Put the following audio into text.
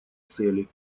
цели